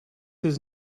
his